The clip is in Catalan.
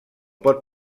pot